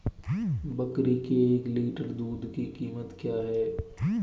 बकरी के एक लीटर दूध की कीमत क्या है?